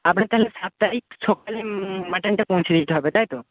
আপনার তাহলে সাত তারিখ সকালে মাটনটা পৌঁছে দিতে হবে তাই তো